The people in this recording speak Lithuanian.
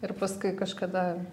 ir paskui kažkada